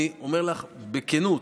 אני אומר לך בכנות